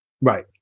Right